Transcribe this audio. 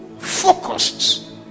focused